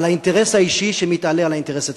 על האינטרס האישי שמתעלה על האינטרס הציבורי.